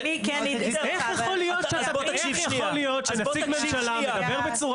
איך יכול להיות שנציג ממשלה מדבר בצורה